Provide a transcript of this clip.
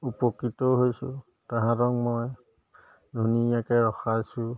উপকৃতও হৈছোঁ তাহাঁতক মই ধুনীয়াকৈ ৰখাইছোঁ